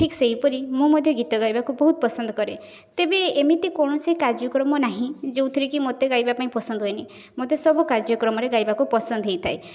ଠିକ୍ ସେହିପରି ମୁଁ ମଧ୍ୟ ଗୀତ ଗାଇବାକୁ ବହୁତ ପସନ୍ଦ କରେ ତେବେ ଏମିତି କୌଣସି କାର୍ଯ୍ୟକ୍ରମ ନାହିଁ ଯେଉଁଥିରେ କି ମୋତେ ଗାଇବା ପାଇଁ ପସନ୍ଦ ହୁଏନି ମତେ ସବୁ କାର୍ଯ୍ୟକ୍ରମରେ ଗାଇବାକୁ ପସନ୍ଦ ହେଇଥାଏ